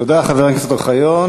תודה, חבר הכנסת אוחיון.